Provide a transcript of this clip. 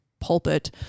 pulpit